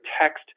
text